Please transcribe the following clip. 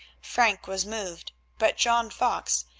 frank was moved, but john fox,